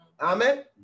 Amen